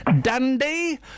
Dandy